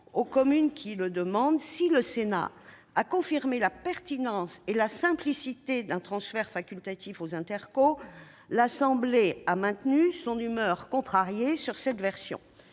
aux communes qui le demandent. Si le Sénat a confirmé la pertinence et la simplicité d'un transfert facultatif aux intercommunalités, l'Assemblée nationale a maintenu son humeur contrariée sur cette version.